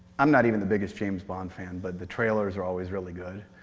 i'm not even the biggest james bond fan, but the trailers are always really good.